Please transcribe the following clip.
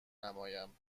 نمایم